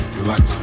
relax